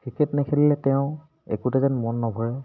cricket নেখেলিলে তেওঁ একোতেই যেন মন নভৰে